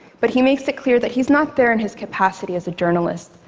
but he makes it clear that he's not there in his capacity as journalist,